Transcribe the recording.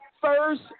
first